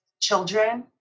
children